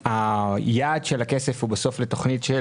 היעד של הכסף הוא לתכנית של